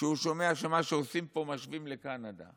כשהוא שומע מה שעושים פה, שמשווים לקנדה.